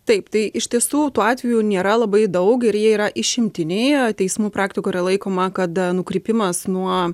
taip tai iš tiesų tų atvejų nėra labai daug ir jie yra išimtiniai teismų praktikoj yra laikoma kada nukrypimas nuo